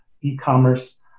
e-commerce